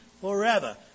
forever